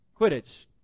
Quidditch